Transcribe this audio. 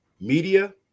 media